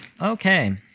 Okay